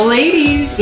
ladies